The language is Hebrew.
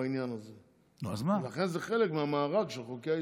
בעניין הזה, ולכן זה חלק מהמארג של חוקי-היסוד.